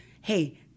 hey